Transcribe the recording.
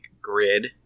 grid